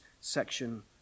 section